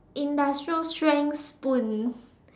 industrial strength spoon